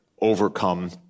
overcome